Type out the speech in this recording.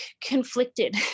conflicted